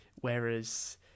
Whereas